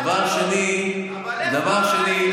דבר שני,